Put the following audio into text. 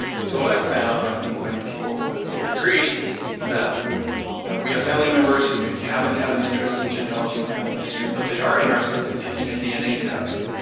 so what i found, and i think many people would would agree that we have family members who maybe haven't had an interest in genealogy and family history, but they are interested in taking a dna test.